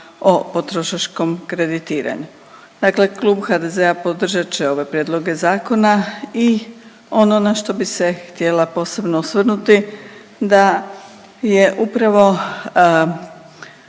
o potrošačkom kreditiranju. Dakle, Klub HDZ-a podržat će ove prijedloge zakona i ono na što bi se htjela posebno osvrnuti da je upravo